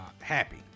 happy